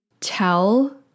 tell